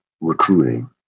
recruiting